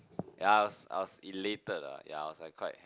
ya I was I was elated lah ya I was like quite